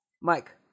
Mike